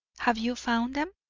have you found them?